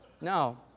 no